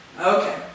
Okay